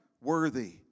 worthy